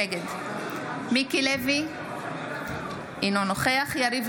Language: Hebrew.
נגד מיקי לוי, אינו נוכח יריב